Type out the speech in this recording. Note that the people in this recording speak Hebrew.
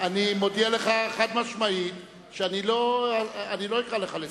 אני מודיע לך חד-משמעית שאני לא אקרא אותך לסדר.